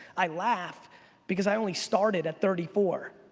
i laugh because i only started at thirty four,